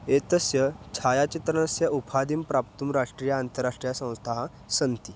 एतस्य छायाचित्रणस्य उपाधिं प्राप्तुं राष्ट्रीय अन्ताराष्ट्रीयसंस्थाः सन्ति